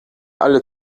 alle